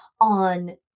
on